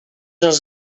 els